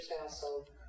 household